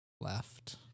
left